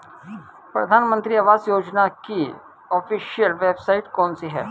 प्रधानमंत्री आवास योजना की ऑफिशियल वेबसाइट कौन सी है?